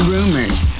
Rumors